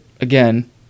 Again